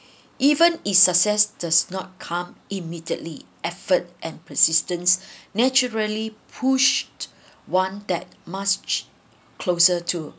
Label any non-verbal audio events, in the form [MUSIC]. even it success does not come immediately effort and persistence [BREATH] naturally pushed one that much closer to